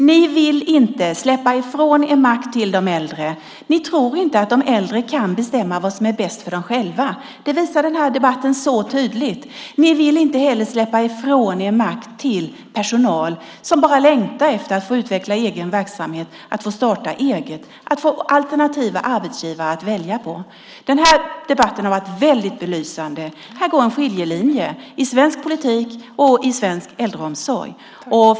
Ni vill inte släppa ifrån er makt till de äldre. Ni tror inte att de äldre kan bestämma vad som är bäst för dem själva. Det visar debatten så tydligt. Ni vill inte heller släppa ifrån er makt till personal som bara längtar efter att få utveckla egen verksamhet, att få starta eget och att få alternativa arbetsgivare att välja på. Den här debatten har varit belysande. Här går en skiljelinje i svensk politik och i svensk äldreomsorg.